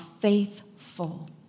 faithful